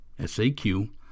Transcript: SAQ